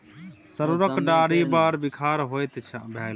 सरुक डारि बड़ बिखाह होइत छै